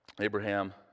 Abraham